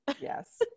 yes